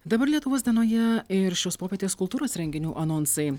dabar lietuvos dienoje ir šios popietės kultūros renginių anonsai